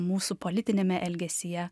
mūsų politiniame elgesyje